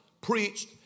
preached